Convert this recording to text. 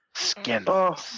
Scandal